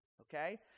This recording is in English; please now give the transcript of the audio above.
okay